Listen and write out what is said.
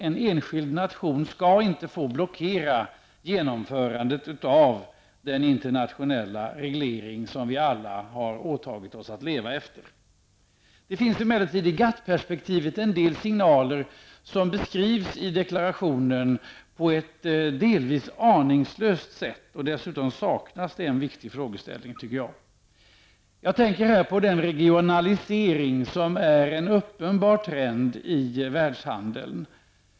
En enskild nation skall inte få blockera genomförandet av den internationella reglering som vi alla har åtagit oss att leva efter. Det finns emellertid i GATT perspektivet en del signaler som beskrivs i deklarationen på ett delvis aningslöst sätt. Dessutom saknas en viktig frågeställning. Jag tänker på den regionalisering som är en uppenbar trend i världshandeln.